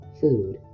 food